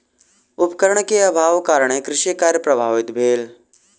उपकरण के अभावक कारणेँ कृषि कार्य प्रभावित भेल